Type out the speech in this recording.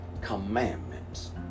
commandments